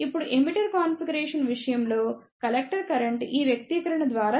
ఇప్పుడు emitter configuration విషయంలో collector current ఈ వ్యక్తీకరణ ద్వారా ఇవ్వబడుతుంది